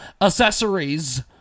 accessories